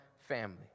family